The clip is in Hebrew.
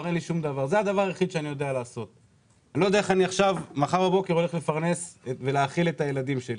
ושהוא לא יודע איך מחר בבוקר הוא הולך לפרנס ולהאכיל את הילדים שלו,